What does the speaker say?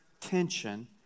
tension